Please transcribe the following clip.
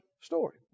story